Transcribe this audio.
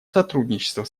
сотрудничество